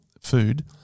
food